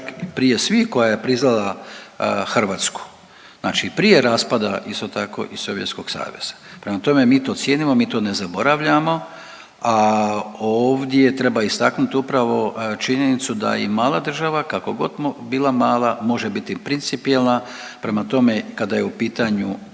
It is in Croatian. prije svih koja je priznala Hrvatsku, znači i prije raspada isto tako i Sovjetskog Saveza. Prema tome, mi to cijenimo, mi to ne zaboravljamo, a ovdje treba istaknut upravo činjenicu da i mala država kakogod bila mala može biti principijelna, prema tome kada je u pitanju